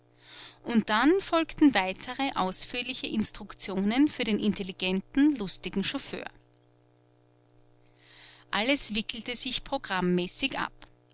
und dann folgten weitere ausführliche instruktionen für den intelligenten lustigen chauffeur alles wickelte sich programmäßig ab